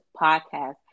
podcast